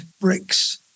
bricks